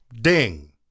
Ding